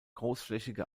großflächige